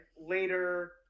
later